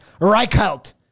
Reichelt